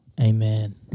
Amen